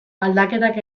aldaketak